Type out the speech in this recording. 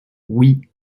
oui